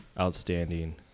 outstanding